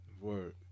Word